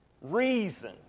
reason